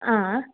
ಹಾಂ